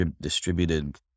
distributed